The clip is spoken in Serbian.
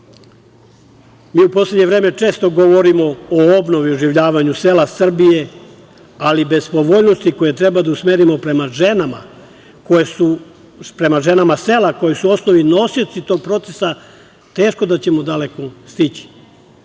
u poslednje vreme često govorimo o obnovi i oživljavanju sela Srbije, ali bez povoljnosti koje treba da usmerimo prema ženama sela, koje su osnovni nosioci tog procesa, teško da ćemo daleko stići.